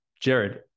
Jared